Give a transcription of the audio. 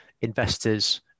investors